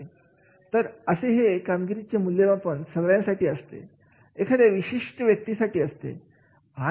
तर असे हे कामगिरीचे मूल्यमापन कर्मचाऱ्यांसाठी असते एखाद्या विशिष्ट व्यक्तीसाठी असते